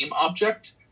object